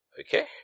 Okay